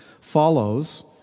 follows